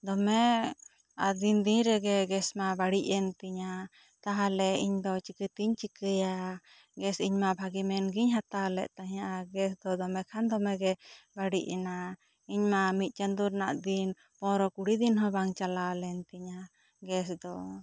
ᱫᱚᱢᱮ ᱟᱹᱫᱤᱱ ᱫᱤᱱ ᱨᱮᱜᱮ ᱜᱮᱥ ᱢᱟ ᱵᱟᱹᱲᱤᱡ ᱮᱱ ᱛᱤᱧᱟ ᱛᱟᱦᱚᱞᱮ ᱤᱧ ᱫᱚ ᱪᱮᱠᱟᱹᱛᱤᱧ ᱪᱮᱠᱟᱭᱟ ᱜᱮᱥ ᱤᱧ ᱢᱟ ᱵᱷᱟᱹᱜᱤ ᱢᱮᱱ ᱜᱤᱧ ᱦᱟᱛᱟᱣ ᱞᱮᱫ ᱛᱟᱦᱮᱸᱜᱼᱟ ᱜᱮᱥ ᱫᱚ ᱫᱚᱢᱮ ᱠᱷᱟᱱ ᱫᱚᱢᱮ ᱜᱮ ᱵᱟᱹᱲᱤᱡ ᱮᱱᱟ ᱤᱧ ᱢᱟ ᱢᱤᱫ ᱪᱟᱸᱫᱚ ᱨᱮᱱᱟᱜ ᱵᱤᱱ ᱯᱚᱱᱮᱨᱚ ᱠᱩᱲᱤ ᱫᱤᱱ ᱦᱚᱸ ᱵᱟᱝ ᱪᱟᱞᱟᱣ ᱞᱮᱱ ᱛᱤᱧᱟ ᱜᱮᱥ ᱫᱚ